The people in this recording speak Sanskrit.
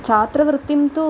छात्रवृत्तिं तु